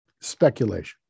Speculation